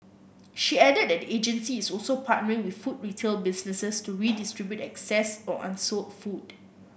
she added that the agency is also partnering with food retail businesses to redistribute excess or unsold food